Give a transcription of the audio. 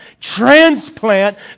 transplant